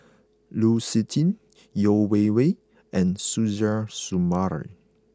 Lu Suitin Yeo Wei Wei and Suzairhe Sumari